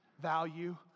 value